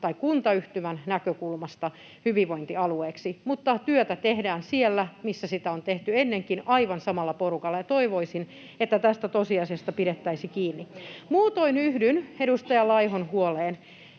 tai kuntayhtymän näkökulmasta hyvinvointialueeksi, mutta työtä tehdään siellä, missä sitä on tehty ennenkin aivan samalla porukalla, ja toivoisin, että tästä tosiasiasta pidettäisiin kiinni. [Ben Zyskowiczin välihuuto] Muutoin yhdyn edustaja Laihon huoleen.